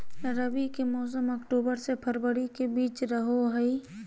रबी के मौसम अक्टूबर से फरवरी के बीच रहो हइ